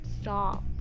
Stop